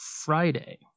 Friday